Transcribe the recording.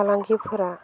फालांगिफोरा